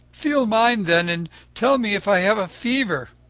feel mine then and tell me if i have a fever.